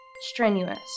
strenuous